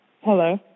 hello